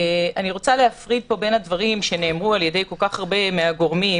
אני רוצה להפריד פה בין הדברים שנאמרו על-ידי כל כך הרבה גורמים,